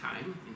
time